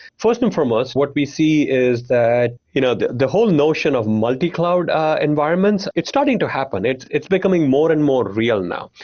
first and foremost, what we see is that you know the the whole notion of multi-cloud ah environments, it's starting to happen. it's it's becoming more and more real now.